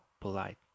Polite